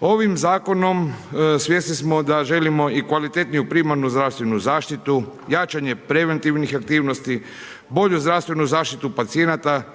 Ovim zakonom svjesni smo da želimo i kvalitetniju primarnu zdravstvenu zaštitu, jačanje preventivnih aktivnosti, bolju zdravstvenu zaštitu pacijenata